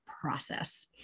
process